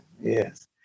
Yes